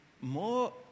more